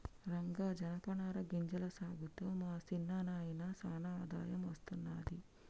రంగా జనపనార గింజల సాగుతో మా సిన్న నాయినకు సానా ఆదాయం అస్తున్నది